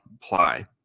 apply